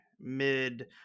mid